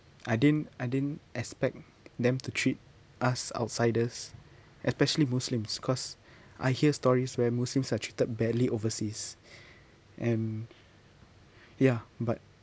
I didn't I didn't expect them to treat us outsiders especially muslims because I hear stories where muslims are treated badly overseas and ya but